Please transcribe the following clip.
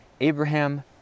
Abraham